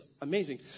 amazing